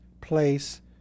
place